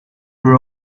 were